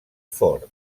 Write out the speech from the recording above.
ford